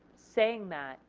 saying that,